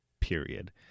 period